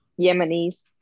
Yemenis